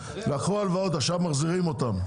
עכשיו מחזירים אותן.